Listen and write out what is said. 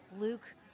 Luke